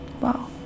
Wow